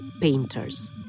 painters